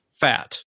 fat